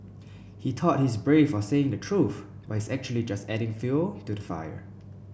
he thought he's brave for saying the truth but he's actually just adding fuel to the fire